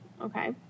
okay